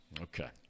Okay